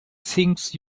things